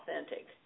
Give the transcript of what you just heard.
Authentic